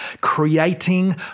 creating